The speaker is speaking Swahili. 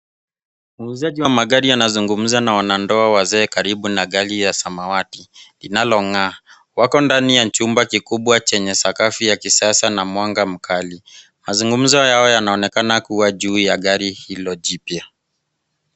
Muuzaji wa magari anazungumza na wanandoa wazee karibu na gari ya samawati linalong'aa. Wako ndani ya chumba kikubwa chenye sakafu ya kisasa na mwanga mkali. Mazungumzo yao yanaonekana kuwa juu ya gari hilo jipya.